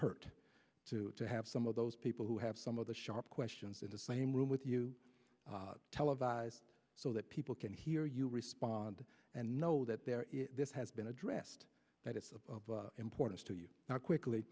hurt to to have some of those people who have some of the sharp in the same room with you televised so that people can hear you respond and know that there is this has been addressed that is of importance to you now quickly